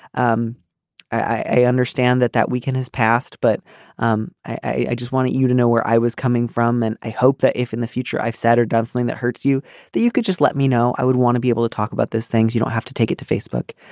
um i understand that that we can has passed but um i just want you to know where i was coming from and i hope that if in the future i've said or done anything that hurts you that you could just let me know. i would want to be able to talk about this things you don't have to take it to facebook.